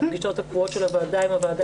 הפגישות הקבועות של הוועדה עם הוועדה